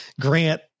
grant